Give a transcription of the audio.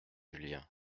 julien